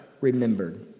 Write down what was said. remembered